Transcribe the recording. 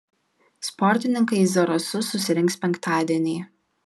sportininkai į zarasus susirinks penktadienį